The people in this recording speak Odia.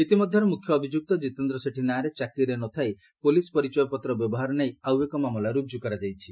ଇତିମଧ୍ଧରେ ମୁଖ୍ୟ ଅଭିଯୁକ୍ତ କିତେନ୍ଦ୍ର ସେଠୀ ନାଁରେ ଚାକିରିରେ ନ ଥାଇ ପୋଲିସ ପରିଚୟ ପତ୍ର ବ୍ୟବହାର ନେଇ ଆଉ ଏକ ମାମଲା ରୁଜୁ କରାଯାଇଛି